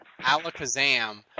Alakazam